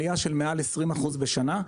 עלייה של מעל 20% בשנה,